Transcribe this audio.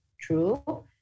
true